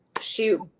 shoot